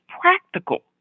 practical